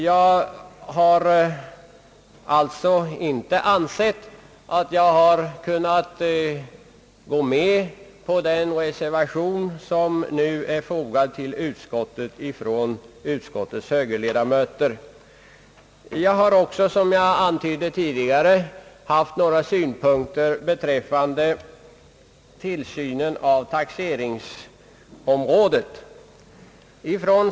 Jag har emellertid inte ansett mig kunna gå med på den reservation som är fogad till utskottets betänkande av utskottets högerledamöter.